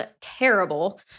terrible